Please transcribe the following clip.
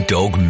Dog